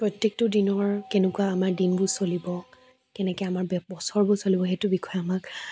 প্ৰত্যেকটো দিনৰ কেনেকুৱা আমাৰ দিনবোৰ চলিব কেনেকৈ আমাৰ বছৰবোৰ চলিব সেইটো বিষয়ে আমাক